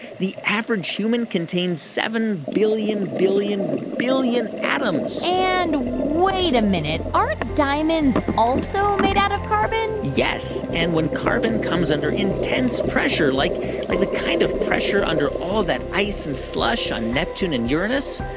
the average human contains seven billion billion billion atoms and wait a minute. aren't diamonds also made out of carbon? yes. and when carbon comes under intense pressure, like like the kind of pressure under all that ice and slush on neptune and uranus,